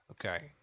Okay